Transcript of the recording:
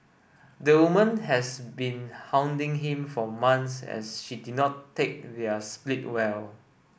the woman has been hounding him for months as she did not take their split well